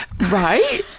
right